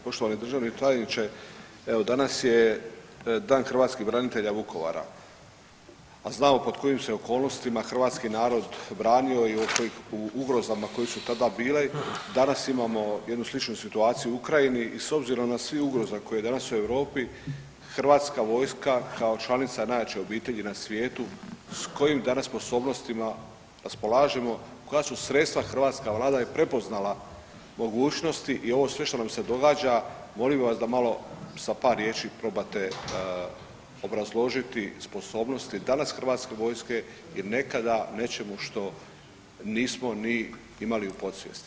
Poštovani državni tajniče, evo danas je Dan hrvatskih branitelja Vukovara, a znamo pod kojim su se okolnostima hrvatski narod branio i u ugrozama koje su tada bile, danas imamo jednu sličnu situaciju u Ukrajini i s obzirom na svi ugroza kojih je danas u Europi hrvatska vojska kao članica najjače obitelji na svijetu s kojim danas sposobnostima raspolažemo, koja su sredstva hrvatska, vlada je prepoznala mogućnosti i ovo sve što nam se događa, molimo vas da malo sa par riječi probate obrazložiti sposobnosti danas hrvatske vojske jer nekada nečemu što nismo ni imali u podsvijesti.